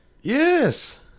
Yes